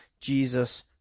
Jesus